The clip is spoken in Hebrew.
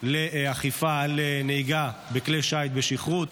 לאכיפה לעניין נהיגה בכלי שיט בשכרות.